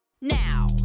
now